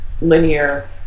linear